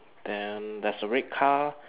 then there's a red car